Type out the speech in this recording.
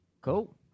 Cool